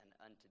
unto